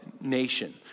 nation